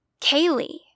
Kaylee